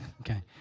okay